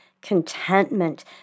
contentment